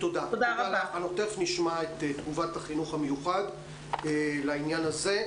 תכף נשמע את תגובת החינוך המיוחד לעניין הזה.